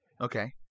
Okay